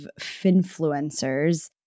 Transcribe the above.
Finfluencers